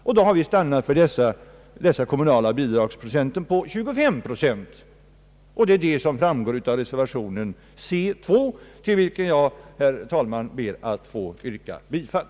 Vi har då stannat för ett bidrag av 25 procent. Detta framgår av reservationen c 2, till vilken jag, herr talman, ber att få yrka bifall.